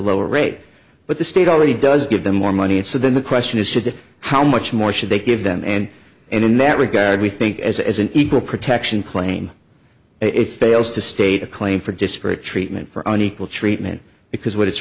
lower rate but the state already does give them more money and so then the question is should how much more should they give them and and in that regard we think as an equal protection claim it fails to state a claim for disparate treatment for unequal treatment because what it's